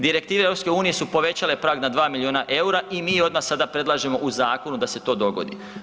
Direktive EU su povećale prag na 2 milijuna eura i mi odmah sada predlažemo u zakonu da se to dogodi.